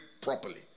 properly